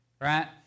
Right